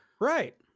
Right